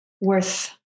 worth